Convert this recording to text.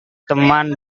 teman